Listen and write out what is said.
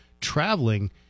traveling